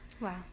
Wow